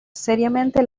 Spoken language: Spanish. seriamente